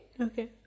Okay